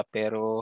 pero